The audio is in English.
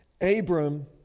Abram